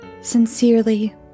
Sincerely